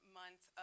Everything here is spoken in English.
month